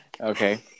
Okay